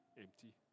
empty